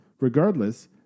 Regardless